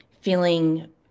feeling